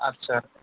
आदसा